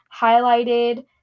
highlighted